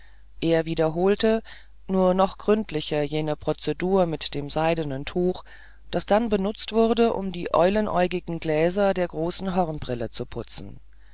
er wiederholte nur noch gründlicher jene prozedur mit dem seidenen tuch das dann benutzt wurde um die eulenäugigen gläser der großen hornbrille zu putzen